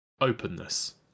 Openness